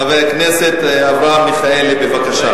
חבר הכנסת אברהם מיכאלי, בבקשה.